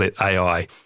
AI